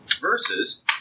versus